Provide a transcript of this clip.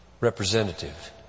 representative